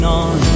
on